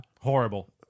Horrible